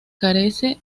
carece